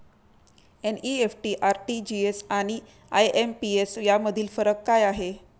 NEFT, RTGS आणि IMPS यामधील फरक काय आहे?